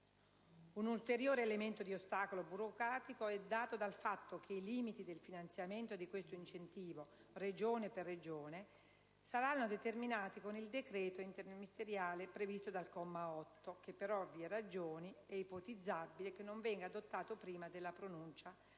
Un ulteriore elemento di ostacolo burocratico è dato dal fatto che i limiti del finanziamento di quest'incentivo, Regione per Regione, saranno determinati con il decreto interministeriale previsto dal comma 8, che - per ovvie ragioni - è ipotizzabile non venga adottato prima della pronuncia